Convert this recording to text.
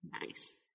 nice